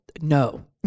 No